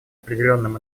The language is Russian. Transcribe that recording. определенным